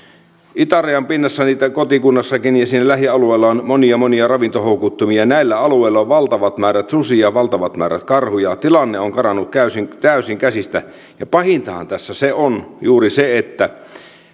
itärajan pinnassa kotikunnassanikin ja siinä lähialueilla on monia monia ravintohoukuttimia näillä alueilla on valtavat määrät susia valtavat määrät karhuja tilanne on karannut täysin täysin käsistä ja pahintahan tässä on juuri se että